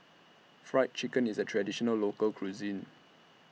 Fried Chicken IS A Traditional Local Cuisine